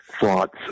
thoughts